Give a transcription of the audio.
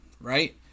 right